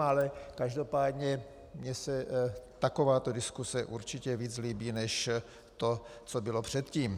Ale každopádně mně se takováto diskuse určitě víc líbí než to, co bylo předtím.